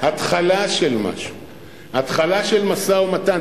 התחלה של משהו, התחלה של משא-ומתן.